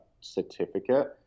certificate